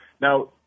Now